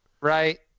right